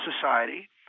society